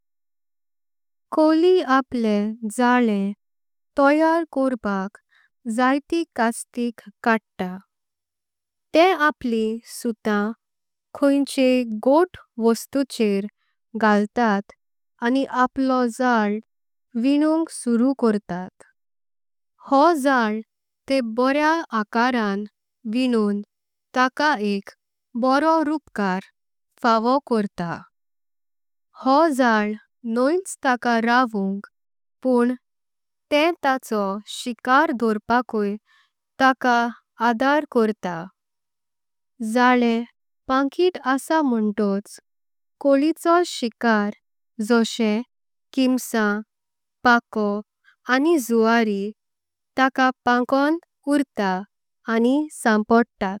कोली आपले झाल्ले तोयार कोरपाक जाइती कास्टीक कडता। ते अपलीं सुथां कोईचेई घोट्ट वस्तुचेर घालतात आनी आपलो। झाल विन्नूंक सुरू कोरतातहो झाल ते बोरें आकारां विन्नूँग। ताका एक बरो रूपकार फावो कोरता हो झाल न्होइच तका। रावूंक प्ण्ण तें ताचो शिकार दर्पाक ई तका आधार कोरता। झाले पंकीत आसा म्होन्तोच कोलिचो शिकार जोशे किंशाम। पाको आनी जुवारी तका पांकोन उरता आनी संपोडतात।